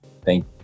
Thank